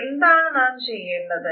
എന്താണ് നാം ചെയേണ്ടത്